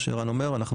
כמו שערן אומר,